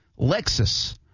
Lexus